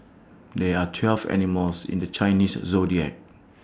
there are twelve animals in the Chinese Zodiac